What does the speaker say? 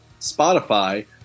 Spotify